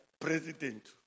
president